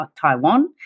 Taiwan